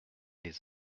les